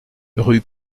rue